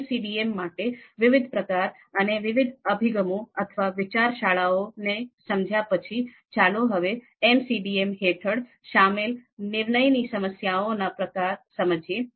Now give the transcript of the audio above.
MCDM માટે વિવિધ પ્રકાર અને વિવિધ અભિગમો અથવા વિચાર શાળાઓને સમજ્યા પછી ચાલો હવે MCDM હેઠળ શામેલ નિર્ણયની સમસ્યાઓના પ્રકાર સમજીએ